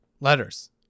Letters